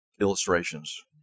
illustrations